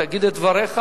תגיד את דבריך,